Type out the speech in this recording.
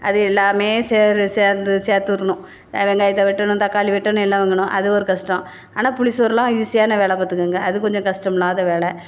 அது எல்லாம் சேறு சேர்ந்து சேர்த்துரணும் அது வெங்காயத்தை வெட்டணும் தக்காளி வெட்டணும் எல்லாம் வாங்கணும் அது ஒரு கஷ்டம் ஆனால் புளிசோறுலாம் ஈஸியான வேலை பார்த்துக்கோங்க அது கொஞ்சம் கஷ்டம் இல்லாத வேலை